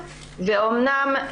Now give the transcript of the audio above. ואומנם,